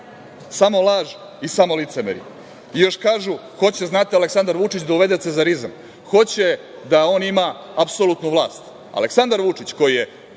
Samo laž i samo licemerje.I još kažu, hoće, znate, Aleksandar Vučić da uvede cezarizam, hoće da on ima apsolutnu vlast. Aleksandar Vučić koji je,